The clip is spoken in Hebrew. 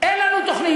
אין לנו תוכנית,